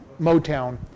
Motown